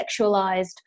sexualized